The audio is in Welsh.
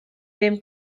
ddim